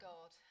God